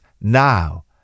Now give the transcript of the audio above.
Now